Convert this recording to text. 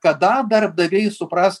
kada darbdaviai supras